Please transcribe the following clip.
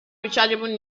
rechargeable